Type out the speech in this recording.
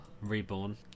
Reborn